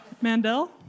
Mandel